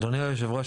אדוני היו"ר,